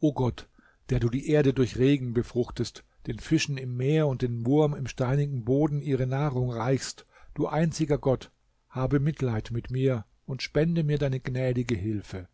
o gott der du die erde durch regen befruchtest den fischen im meer und dem wurm im steinigen boden ihre nahrung reichst du einziger gott habe mitleid mit mir und spende mir deine gnädige hilfe